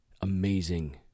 amazing